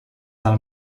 del